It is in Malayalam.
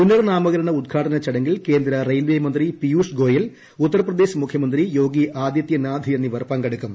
പുനർ നാമകരണ ഉദ്ഘാടന ചടങ്ങിൽ കേന്ദ്ര റെയിൽവേമന്ത്രി പീയുഷ് ഗോയൽ ഉത്തർ പ്രദേശ് മുഖ്യമന്ത്രി യോഗി ആദിത്യനാഥ് എന്നിവർ പങ്കെടുക്കും